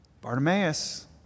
Bartimaeus